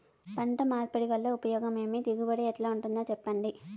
పంట మార్పిడి వల్ల ఉపయోగం ఏమి దిగుబడి ఎట్లా ఉంటుందో చెప్పండి?